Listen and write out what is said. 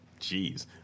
Jeez